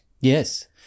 Yes